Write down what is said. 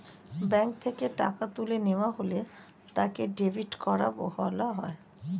bank থেকে টাকা তুলে নেওয়া হলে তাকে ডেবিট করা বলা হয়